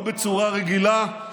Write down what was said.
לא בצורה רגילה,